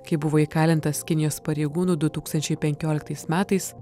kai buvo įkalintas kinijos pareigūnų du tūkstančiai penkioliktais metais